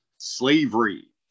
slavery